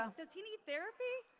ah he need therapy?